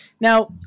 Now